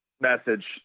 message